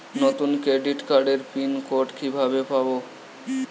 নতুন ক্রেডিট কার্ডের pin code কিভাবে পাব?